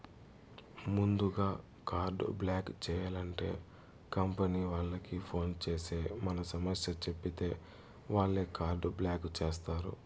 ముందుగా card block చేయాలంటే company వాళ్లకి ఫోన్ చేసి మన సమస్య చెప్పితే వాళ్లే కార్డు బ్లాక్ చేస్తారు